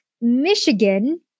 Michigan